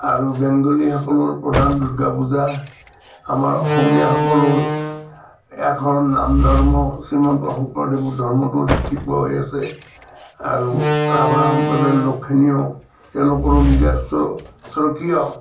আৰু বেংগলীসকলৰ প্ৰধান দুৰ্গা পূজা আমাৰ অসমীয়াসকলৰ একশৰণ নাম ধৰ্ম শ্ৰীমন্ত শংকৰদেৱৰ ধৰ্মটো দেখিব পোৱা হৈ আছে আৰু ৰাভা সম্প্ৰদায়ৰ লক্ষণীয়ও তেওঁলোকৰো নিজস্ব স্বকীয়